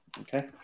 Okay